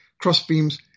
crossbeams